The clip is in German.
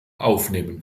aufnehmen